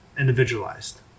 individualized